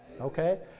Okay